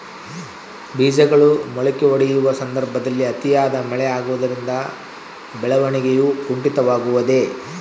ಬೇಜಗಳು ಮೊಳಕೆಯೊಡೆಯುವ ಸಂದರ್ಭದಲ್ಲಿ ಅತಿಯಾದ ಮಳೆ ಆಗುವುದರಿಂದ ಬೆಳವಣಿಗೆಯು ಕುಂಠಿತವಾಗುವುದೆ?